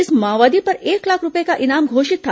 इस माओवादी पर एक लाख रूपये का इनाम घोषित था